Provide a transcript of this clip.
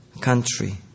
country